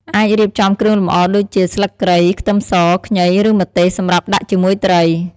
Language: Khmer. អាចរៀបចំគ្រឿងលម្អដូចជា ស្លឹកគ្រៃ ខ្ទឹមស ខ្ញី ឬម្ទេស សម្រាប់ដាក់ជាមួយត្រី។